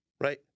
right